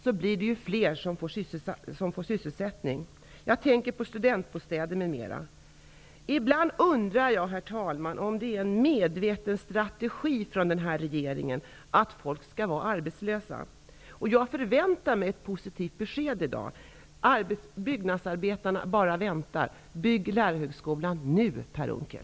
Det blir då fler som får sysselsättning, t.ex. med byggande av studentbostäder m.m. Ibland undrar jag, herr talman, om det är en medveten strategi hos den här regeringen att folk skall vara arbetslösa. Jag förväntar mig ett positivt besked i dag. Byggnadsarbetarna bara väntar. Bygg Lärarhögskolan nu, Per Unckel!